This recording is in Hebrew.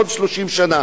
עוד 30 שנה,